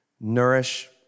nourish